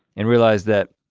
and realize that